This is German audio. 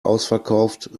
ausverkauft